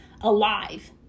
alive